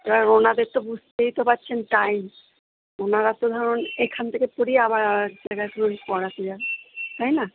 এবার ওনাদের তো বুঝতেই তো পারছেন টাইম ওনারা তো ধরুন এখান থেকে পড়িয়ে আবার আরেক জায়গায় পড়াতে যান তাই না